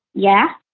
yeah,